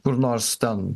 kur nors ten